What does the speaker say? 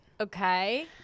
Okay